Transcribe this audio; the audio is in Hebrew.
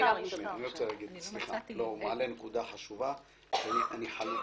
אני חלוק עליך.